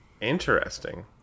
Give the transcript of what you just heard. Interesting